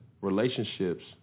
relationships